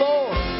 Lord